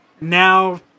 Now